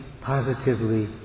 positively